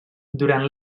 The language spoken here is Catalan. durant